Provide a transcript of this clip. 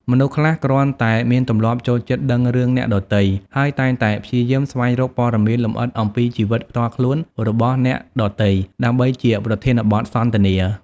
មនុស្សខ្លះគ្រាន់តែមានទម្លាប់ចូលចិត្តដឹងរឿងអ្នកដទៃ ហើយតែងតែព្យាយាមស្វែងរកព័ត៌មានលម្អិតអំពីជីវិតផ្ទាល់ខ្លួនរបស់អ្នកដទៃ ដើម្បីជាប្រធានបទសន្ទនា។